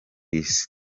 isi